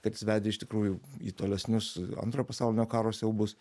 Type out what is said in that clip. kad jis vedė iš tikrųjų į tolesnius antrojo pasaulinio karo siaubus